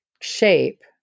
shape